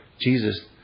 Jesus